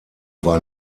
war